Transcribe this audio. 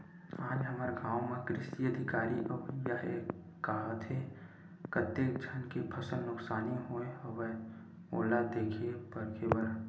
आज हमर गाँव म कृषि अधिकारी अवइया हे काहत हे, कतेक झन के फसल नुकसानी होय हवय ओला देखे परखे बर